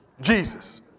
Jesus